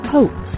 Hope